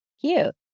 Cute